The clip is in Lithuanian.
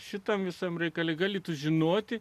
šitam visam reikale galėtų žinoti